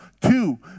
Two